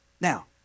Now